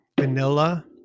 vanilla